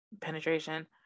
penetration